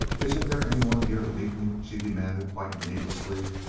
isn't there anyone here to meet me? she demanded, quite needlessly.